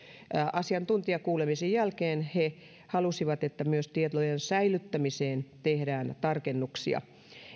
asiantuntijakuulemisen jälkeen kun he halusivat että myös tietojen säilyttämiseen tehdään tarkennuksia